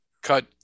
cut